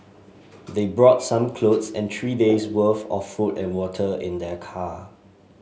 they brought some clothes and three days' worth of food and water in their car